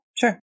sure